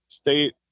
state